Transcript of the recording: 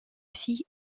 six